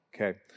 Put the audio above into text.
Okay